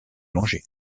manger